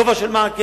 גובה של מעקה,